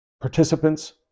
participants